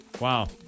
Wow